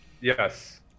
Yes